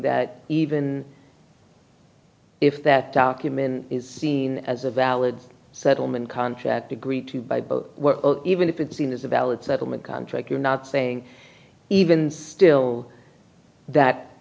that even if that document is seen as a valid settlement contract agreed to by both even if it's seen as a valid settlement contract you're not saying even still that